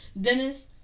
Dennis